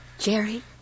Jerry